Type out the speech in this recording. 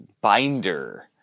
binder